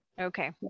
Okay